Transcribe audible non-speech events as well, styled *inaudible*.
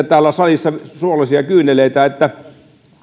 *unintelligible* täällä salissa itkette suolaisia kyyneleitä